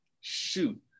shoot